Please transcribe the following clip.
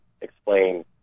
explain